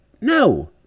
No